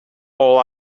all